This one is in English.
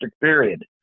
period